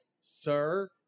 sir